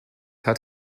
hat